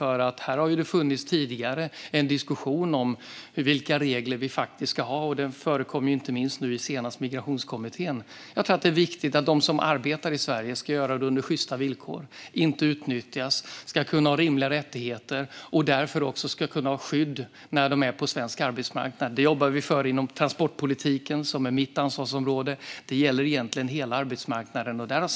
Det har tidigare funnits en diskussion om vilka regler vi faktiskt ska ha. Detta förekom inte minst senast i Migrationskommittén. Jag tror att det är viktigt att de som arbetar i Sverige gör det under sjysta villkor och inte utnyttjas. De ska kunna ha rimliga rättigheter och ska därför också kunna ha skydd när de är på den svenska arbetsmarknaden. Detta jobbar vi för inom transportpolitiken, som är mitt ansvarsområde. Det gäller egentligen hela arbetsmarknaden.